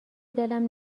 دلم